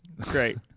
Great